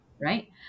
right